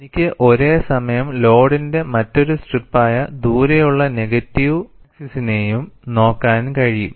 എനിക്ക് ഒരേസമയം ലോഡിന്റെ മറ്റൊരു സ്ട്രിപ്പായ ദൂരെയുള്ള നെഗറ്റീവ് എക്സ് ആക്സിസിനെയും നോക്കാൻ കഴിയും